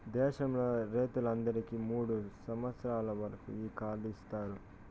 దేశంలో రైతులందరికీ మూడు సంవచ్చరాల వరకు ఈ కార్డు ఇత్తారు